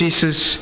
Jesus